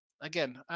Again